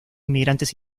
inmigrantes